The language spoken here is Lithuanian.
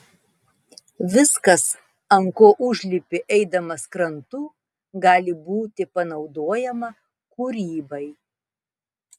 viskas ant ko užlipi eidamas krantu gali būti panaudojama kūrybai